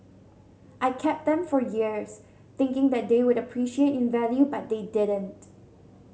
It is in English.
I kept them for years thinking that they would appreciate in value but they didn't